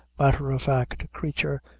matter-of-fact creature,